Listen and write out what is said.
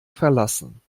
verlassen